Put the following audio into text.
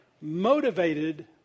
motivated